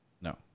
No